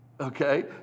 okay